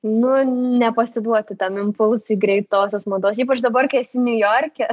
nu nepasiduoti tam impulsui greitosios mados ypač dabar kai esi niujorke